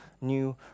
new